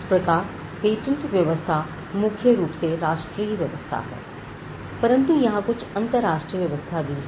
इस प्रकार पेटेंट व्यवस्था मुख्य रूप से राष्ट्रीय व्यवस्था है परंतु यहां कुछ अंतरराष्ट्रीय व्यवस्था भी है